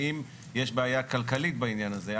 האם יש בעיה כלכלית בעניין הזה?